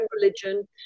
religion